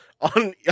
on